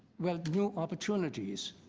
well, new opportunities,